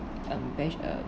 um very uh